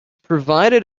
provided